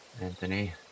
anthony